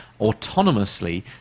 autonomously